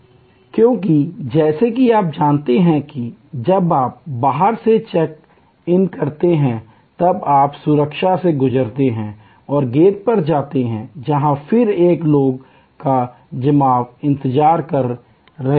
क्योंकि जैसा कि आप जानते हैं जब आप बाहर से चेक इन करते हैं तब आप सुरक्षा से गुजरते हैं और गेट पर जाते हैं जहां फिर से एक लोगो का जमाव इंतजार कर रहे होते हैं